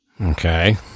Okay